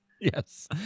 Yes